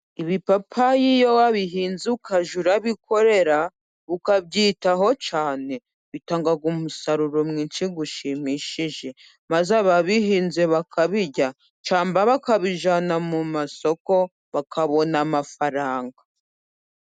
Ibipapayi iyo wabihinze ukajya urabikorera ukabyitaho cyane, bitanga umusaruro mwinshi ushimishije ,maze aba bihinze bakabirya cyangwa bakabijyana mu masoko bakabona amafaranga.